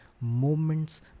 moments